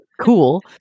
cool